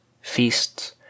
feasts